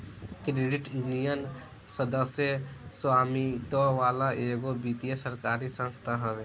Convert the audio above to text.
credit union, सदस्य स्वामित्व वाला एगो वित्तीय सरकारी संस्था हवे